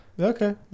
Okay